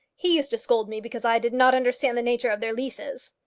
he used to scold me because i did not understand the nature of their leases.